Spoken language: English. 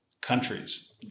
countries